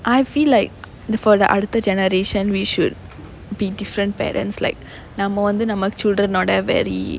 I feel like the for the அடுத்த:adutha generation we should be different parents like நம்ம வந்து நம்ம:namma vanthu namma children ஓட:oda very